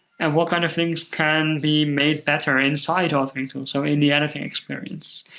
and, what kind of things can be made better inside authoring tools, so in the editing experience.